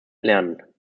lernen